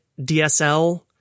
DSL